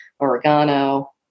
oregano